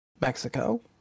Mexico